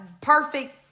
perfect